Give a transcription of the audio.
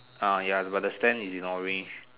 uh ya but the stand is in orange